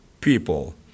people